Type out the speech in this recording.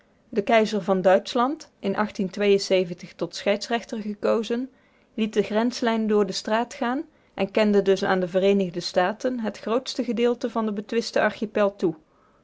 de keizer van duitschland in tot scheidsrechter gekozen liet de grenslijn door de straat gaan en kende dus aan de vereenigde staten het grootste gedeelte van den betwisten archipel toe